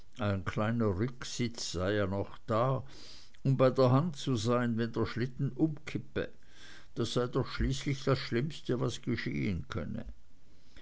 sei ja noch da um bei der hand zu sein wenn der schlitten umkippe das sei doch schließlich das schlimmste was geschehen könne